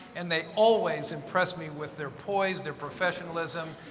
and they always impressed me with their poise, their professionalism,